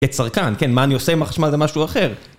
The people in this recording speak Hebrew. כצרכן, כן, מה אני עושה עם החשמל זה משהו אחר.